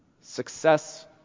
success